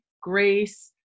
grace